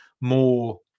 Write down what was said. more